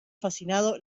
fascinado